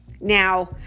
Now